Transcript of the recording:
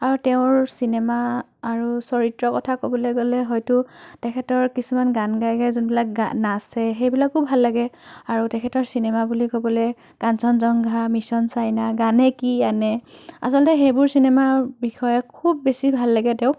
আৰু তেওঁৰ চিনেমা আৰু চৰিত্ৰৰ কথা ক'বলৈ গ'লে হয়তো তেখেতৰ কিছুমান গান গাই গাই যোনবিলাক গান নাচে সেইবিলাকো ভাল লাগে আৰু তেখেতৰ চিনেমা বুলি ক'বলৈ কাঞ্চনজংঘা মিচন চাইনা গানে কি আনে আচলতে সেইবোৰ চিনেমাৰ বিষয়ে খুব বেছি ভাল লাগে তেওঁক